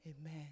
Amen